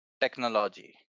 technology